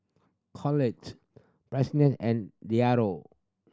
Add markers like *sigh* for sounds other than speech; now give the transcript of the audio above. Claud Pearlene and *unintelligible*